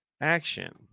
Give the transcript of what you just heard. action